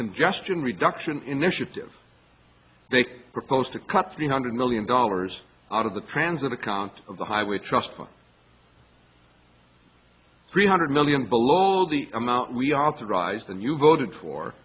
congestion reduction initiative they propose to cut three hundred million dollars out of the transit account of the highway trust fund three hundred million below the amount we authorized and you voted for